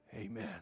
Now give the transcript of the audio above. Amen